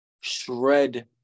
shred